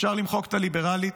אפשר למחוק את ה"ליברלית",